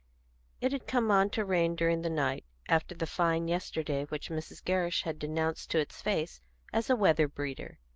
it had come on to rain during the night, after the fine yesterday which mrs. gerrish had denounced to its face as a weather-breeder.